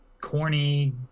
corny